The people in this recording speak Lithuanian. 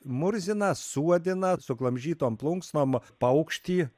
murziną suodiną suglamžytom plunksnom paukštį